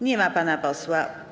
Nie ma pana posła.